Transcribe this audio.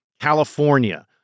California